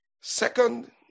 Second